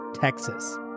Texas